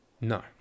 No